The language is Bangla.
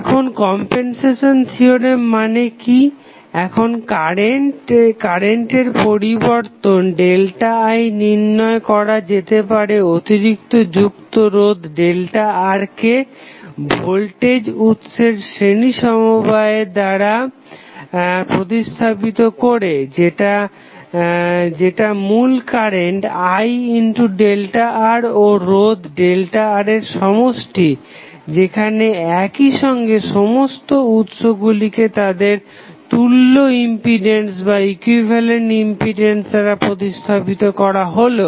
এখন কমপেনসেশন থিওরেম মানে কি এখন কারেন্টের পরিবর্তন ΔI নির্ণয় করা যেতে পারে অতিরিক্ত যুক্ত রোধ ΔR কে ভোল্টেজ উৎসের শ্রেণী সমবায় দ্বারা প্রতিস্থাপিত করে যেটা মূল কারেন্ট IΔR ও রোধ ΔR এর সমষ্টি যেখানে একই সঙ্গে সমস্ত উৎসগুলিকে তাদের তুল্য ইম্পিডেন্স দ্বারা প্রতিস্থাপিত করা হলো